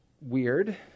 weird